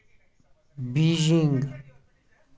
Beijing